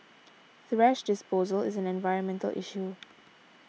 thrash disposal is an environmental issue